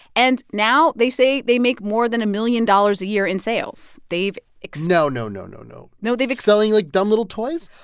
and now, they say, they make more than a million dollars a year in sales. they've ex. no, no, no, no, no no, they've ex. selling, like, dumb little toys?